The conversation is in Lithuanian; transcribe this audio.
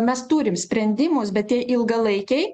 mes turim sprendimus bet jie ilgalaikiai